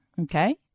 Okay